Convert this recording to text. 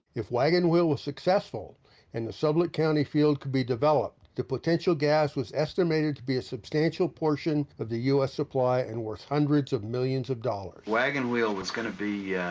if wagon wheel was successful and the sublette county field could be developed, the potential gas was estimated to be a substantial portion of the u s. supply and worth hundreds of millions of dollars. wagon wheel was gonna be